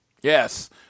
Yes